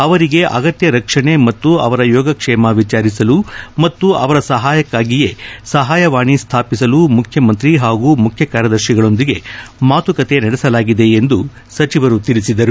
ಅವರಿಗೆ ಅಗತ್ಯ ರಕ್ಷಣೆ ಮತ್ತು ಅವರ ಯೋಗ ಕ್ಷೇಮ ವಿಚಾರಿಸಲು ಮತ್ತು ಅವರ ಸಹಾಯಕ್ಕಾಗಿಯೇ ಸಹಾಯವಾಣಿ ಸ್ವಾಪಿಸಲು ಮುಖ್ಯಮಂತ್ರಿ ಹಾಗೂ ಮುಖ್ಯ ಕಾರ್ಯದರ್ಶಿಗಳೊಂದಿಗೆ ಮಾತುಕತೆ ನಡೆಸಲಾಗಿದೆ ಎಂದು ಸಚಿವರು ತಿಳಿಸಿದರು